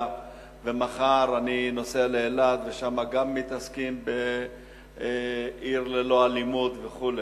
ומחר אני נוסע לאילת ושם גם מתעסקים בעיר ללא אלימות וכו',